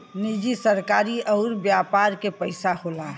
निजी सरकारी अउर व्यापार के पइसा होला